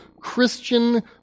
Christian